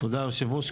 תודה יושב הראש,